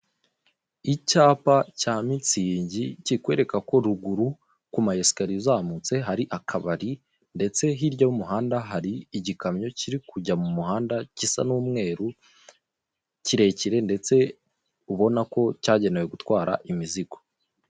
Icyapa cya mitsingi kikwereka ko ruguru ku ma esikariye uzamutse hari akabari ndetse hirya y'umuhanda hari igikamyo kiri kujya mu muhanda gisa n'umweru kirekire ndetse ubona ko cyagenewe gutwara imizigo.